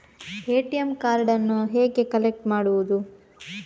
ATM ಕಾರ್ಡನ್ನು ಹೇಗೆ collect ಮಾಡುವುದು?